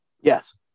Yes